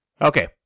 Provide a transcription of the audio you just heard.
Okay